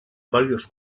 varios